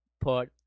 put